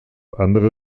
andere